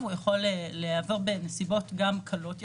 הוא יכול לבוא גם בנסיבות קלות יחסית,